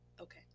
Okay